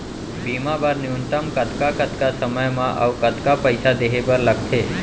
बीमा बर न्यूनतम कतका कतका समय मा अऊ कतका पइसा देहे बर लगथे